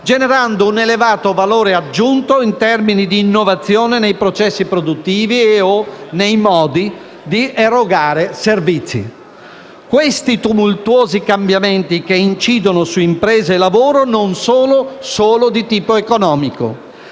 generando un elevato valore aggiunto in termini di innovazione nei processi produttivi e/o nei modi di erogare servizi. Questi tumultuosi cambiamenti, che incidono su impresa e lavoro, non sono solo di tipo economico.